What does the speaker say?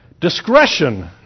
Discretion